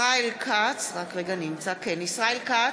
(קוראת בשם חבר הכנסת) ישראל כץ,